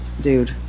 dude